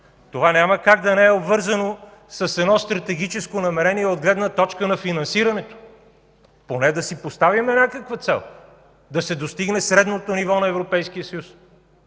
това няма как да не е обвързано с едно стратегическо намерение от гледна точка на финансирането. Поне да си поставим някаква цел – да се достигне средното ниво на Европейския съюз.